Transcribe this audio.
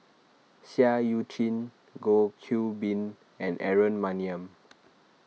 Seah Eu Chin Goh Qiu Bin and Aaron Maniam